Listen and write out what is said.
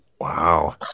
wow